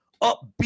upbeat